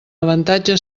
avantatge